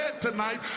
tonight